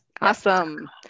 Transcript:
awesome